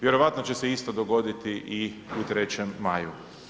Vjerojatno će se isto dogoditi i u 3. maju.